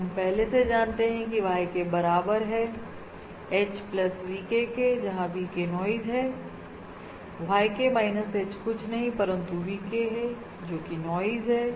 और हम पहले से ही जानते हैं कि YK बराबर है H प्लस VK के जहां VK नॉइज़ है YK माइनस H कुछ नहीं परंतु VK है जोकि नॉइज़ है